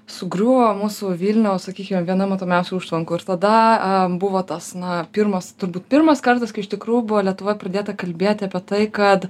sugriuvo mūsų vilniaus sakykime viena matomiausių užtvankų ir tada buvo tas na pirmas turbūt pirmas kartas kai iš tikrųjų buvo lietuvoj pradėta kalbėti apie tai kad